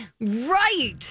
Right